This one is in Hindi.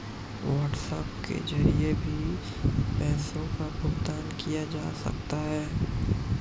व्हाट्सएप के जरिए भी पैसों का भुगतान किया जा सकता है